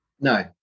No